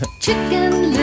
Chicken